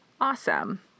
awesome